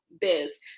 biz